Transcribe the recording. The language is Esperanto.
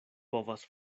povas